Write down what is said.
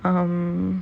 um